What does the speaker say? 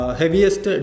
heaviest